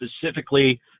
specifically